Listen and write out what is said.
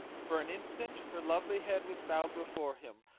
for an instant her lovely head was bowed before him,